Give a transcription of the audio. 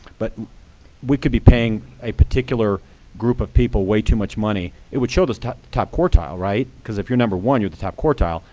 but we could be paying a particular group of people way too much money. it would show the top top quartile, right? because if your number one, you're the top quartile.